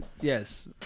Yes